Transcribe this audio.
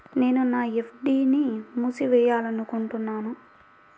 నేను నా ఎఫ్.డీ ని మూసివేయాలనుకుంటున్నాను